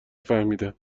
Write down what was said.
فهمیدم